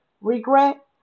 regret